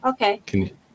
Okay